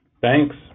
Thanks